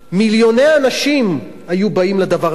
מיליוני אנשים היו באים לדבר הזה.